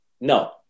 No